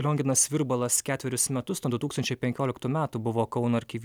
lionginas virbalas ketverius metus nuo du tūkstančiai penkioliktų metų buvo kauno arkivyskupu